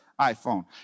iPhone